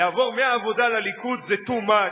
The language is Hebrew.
לעבור מהעבודה לליכוד זה too much,